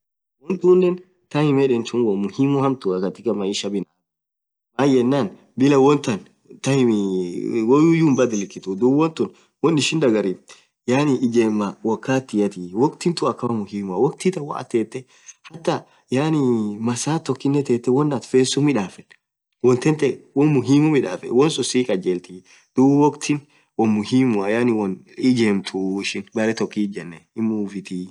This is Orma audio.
won tunen time yedhen tun won muhimu hamtua katika maisha binaadhami maaan yenen Bila wonthan time mii woyuyu hinbadhlikhitu dhub won thun won ishin dhagariftu yaani ijemaa wokhatiathi wokhit thun akamaa muhimua wokhthithan woathin thethe hataa yaani massaaa tokkinen thethe won athin fethu sunn midhafethu won thanthe won muhimu midhafethu wonnsun sii kaljelthi dhub wokthin won muhimua yaani won ijemthuu ishin berre tokk hinjethuu aminen hinmuvithii